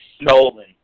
Nolan